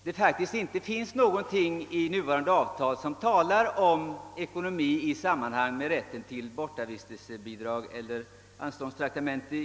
det faktiskt inte finns någonting i nuvarande avtal som talar om :.ekono mi i samband med rätten till bortavistelsebidrag eller anståndstraktamente.